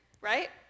right